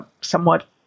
somewhat